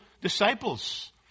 disciples